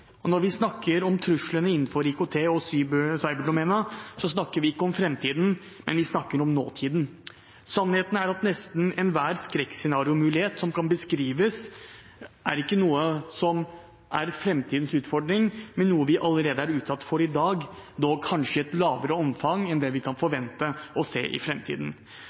dag. Når vi snakker om truslene innenfor IKT og cyberdomenet, snakker vi ikke om framtiden, vi snakker om nåtiden. Sannheten er at nesten enhver skrekkscenariomulighet som kan beskrives, ikke er noe som er framtidens utfordring, men noe vi er utsatt for allerede i dag, dog kanskje i mindre omfang enn vi kan forvente å se i